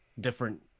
different